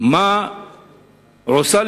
מה עושה,